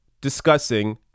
discussing